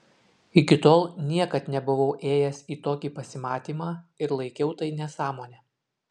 iki tol niekad nebuvau ėjęs į tokį pasimatymą ir laikiau tai nesąmone